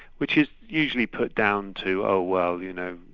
which is usually put down to, oh well, you know,